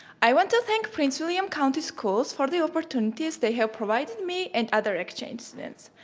i want to thank prince william county schools for the opportunities they have provided me, and other exchange students.